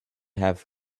have